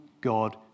God